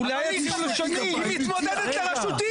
היא מתמודדת לראשות עיר.